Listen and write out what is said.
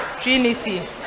Trinity